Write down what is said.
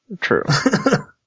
True